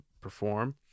perform